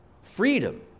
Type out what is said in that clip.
Freedom